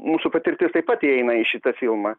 mūsų patirtis taip pat įeina į šitą filmą